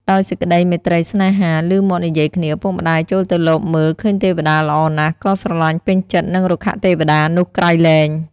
ដោយសេចក្ដីមេត្រីស្នេហា ឮមាត់និយាយគ្នាឪពុកម្ដាយចូលទៅលបមើលឃើញទេវតាល្អណាស់ ក៏ស្រលាញ់ពេញចិត្ដនិងរុក្ខទេវតានោះ ក្រៃលែង